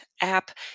app